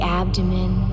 abdomen